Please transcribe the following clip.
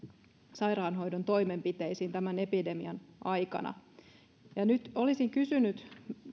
sairaanhoidon toimenpiteisiin tämän epidemian aikana nyt olisin kysynyt